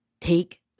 Take